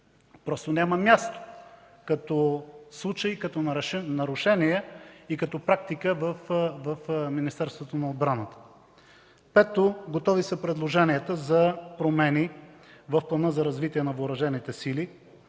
просто няма място като случай, като нарушение и като практика в Министерството на отбраната. Пето, готови са предложенията за промени в Плана за развитие на Въоръжените сили.